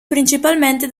principalmente